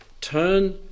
turn